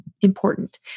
important